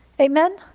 Amen